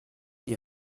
die